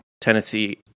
Tennessee